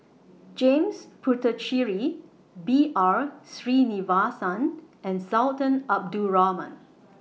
James Puthucheary B R Sreenivasan and Sultan Abdul Rahman